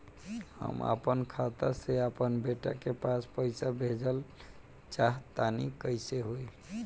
हम आपन खाता से आपन बेटा के पास पईसा भेजल चाह तानि कइसे होई?